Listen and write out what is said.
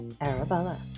Arabella